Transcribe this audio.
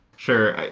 sure.